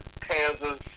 Kansas